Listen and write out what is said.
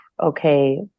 okay